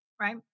right